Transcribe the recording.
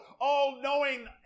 all-knowing